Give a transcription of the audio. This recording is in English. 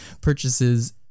purchases